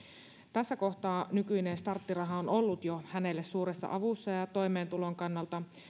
tässä kohtaa nykyinen starttiraha on jo ollut hänelle suureksi avuksi toimeentulon kannalta